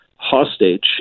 hostage